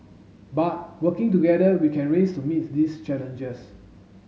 but working together we can raise to meet these challenges